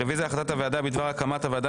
רביזיה על החלטת הוועדה בדבר הקמת הוועדה